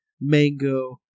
mango